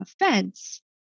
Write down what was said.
offense